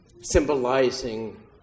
symbolizing